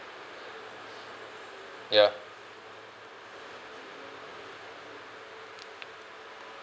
ya